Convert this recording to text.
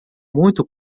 muito